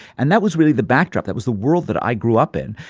and that was really the backdrop. that was the world that i grew up in.